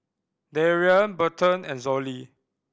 Darrian Berton and Zollie